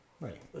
Right